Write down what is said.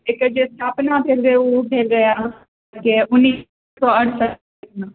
एकर जे स्थापना भेल रहै ओ भेल रहै अहाँके उन्नैस सए अठसठिमे